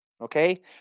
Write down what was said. Okay